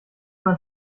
man